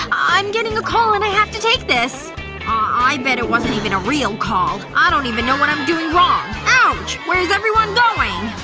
i'm getting a call and i have to take this i bet it wasn't even a real call. i don't even know what i'm doing wrong ouch! where's everyone going?